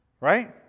right